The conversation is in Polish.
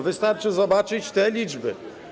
Wystarczy zobaczyć te liczby.